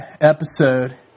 episode